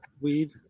weed